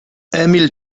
emil